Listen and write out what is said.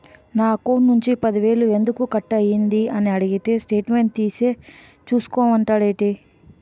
నా అకౌంట్ నుంచి పది వేలు ఎందుకు కట్ అయ్యింది అని అడిగితే స్టేట్మెంట్ తీసే చూసుకో మంతండేటి